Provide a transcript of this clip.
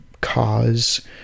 cause